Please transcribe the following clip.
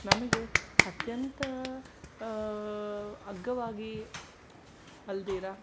ನಮಗೆ ಅತ್ಯಂತ ಅಗ್ಗವಾಗಿ ಅಲ್ಲದಿರಾ